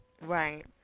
right